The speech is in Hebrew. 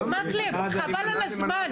חבל על הזמן,